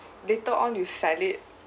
later on you sell it